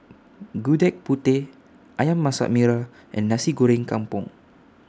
Gudeg Putih Ayam Masak Merah and Nasi Goreng Kampung